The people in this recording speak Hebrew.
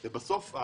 בסוף,